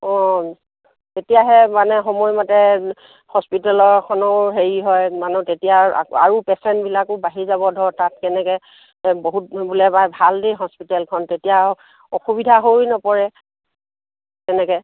অঁ তেতিয়াহে মানে সময়মতে হস্পিটেলৰখনো হেৰি হয় মানুহ তেতিয়া আৰু পেচেণ্টবিলাকো বাঢ়ি যাব ধৰ তাত কেনেকৈ বহুত বোলো বা ভাল দেই হস্পিটেলখন তেতিয়া অসুবিধা হৈয়ো নপৰে তেনেকৈ